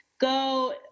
go